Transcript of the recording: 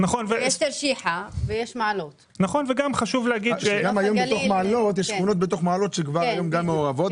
היום בתוך מעלות יש שכונות שהן כבר מעורבות,